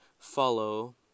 Follow